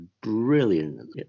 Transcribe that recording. brilliant